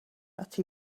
that